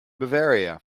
bavaria